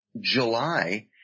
July –